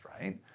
right